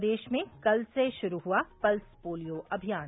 प्रदेश में कल से शुरू हुआ पल्स पोलियो अभियान